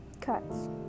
cuts